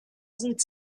sind